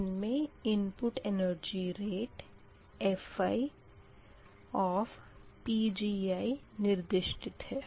इनमे input energy rate Fi निर्दिष्टित है